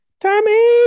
Tommy